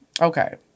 Okay